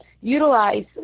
utilize